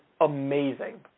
amazing